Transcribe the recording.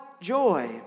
joy